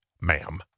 ma'am